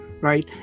right